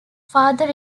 father